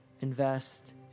invest